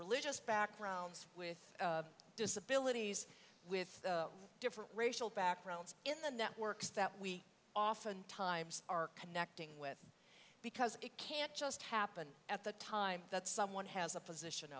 religious backgrounds with disabilities with different racial backgrounds in the networks that we oftentimes are connecting with because it can't just happen at the time that someone has a position